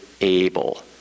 able